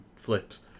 flips